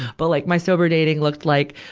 but like my sober dating looked like,